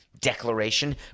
declaration